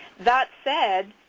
that said,